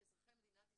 כאזרחי מדינת ישראל,